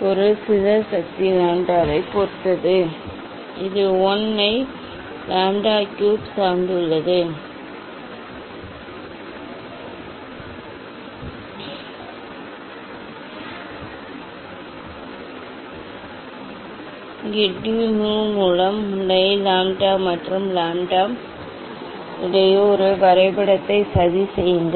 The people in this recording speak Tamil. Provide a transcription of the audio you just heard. இதன் பொருள் சிதறல் சக்தி லாம்ப்டாவைப் பொறுத்தது இது 1 ஐ லாம்ப்டா கியூப் சார்ந்துள்ளது இங்கே டி மியூ மூலம் டி லாம்ப்டா மற்றும் லாம்ப்டா இடையே ஒரு வரைபடத்தை சதி செய்யுங்கள்